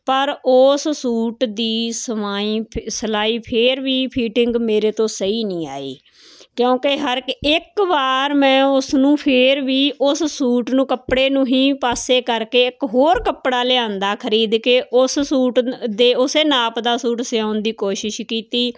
ਪਰ ਉਸ ਸੂਟ ਦੀ ਸਵਾਈਂ ਸਿਲਾਈ ਫਿਰ ਵੀ ਫਿਟਿੰਗ ਮੇਰੇ ਤੋਂ ਸਹੀ ਨਹੀਂ ਆਈ ਕਿਉਂਕਿ ਹਰ ਇੱਕ ਵਾਰ ਮੈਂ ਉਸ ਨੂੰ ਫਿਰ ਵੀ ਉਸ ਸੂਟ ਨੂੰ ਕੱਪੜੇ ਨੂੰ ਹੀ ਪਾਸੇ ਕਰਕੇ ਇੱਕ ਹੋਰ ਕੱਪੜਾ ਲਿਆਂਦਾ ਖਰੀਦ ਕੇ ਉਸ ਸੂਟ ਦੇ ਉਸੇ ਨਾਪ ਦਾ ਸੂਟ ਸਿਉਣ ਦੀ ਕੋਸ਼ਿਸ਼ ਕੀਤੀ